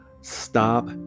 stop